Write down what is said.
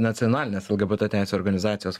nacionalinės lgbt teisių organizacijos